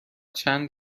چند